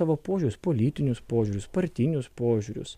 savo požiūrius politinius požiūrius partinius požiūrius